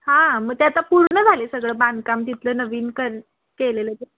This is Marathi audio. हां मग ते आता पूर्ण झाले सगळं बांधकाम तिथलं नवीन कर केलेलं